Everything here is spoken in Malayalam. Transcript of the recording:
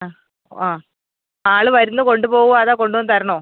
ആ ആ ആൾ വരുന്ന് കൊണ്ടുപോവുമോ അതോ കൊണ്ടുവന്ന് തരണോ